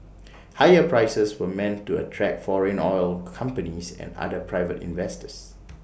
higher prices were meant to attract foreign oil companies and other private investors